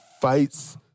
fights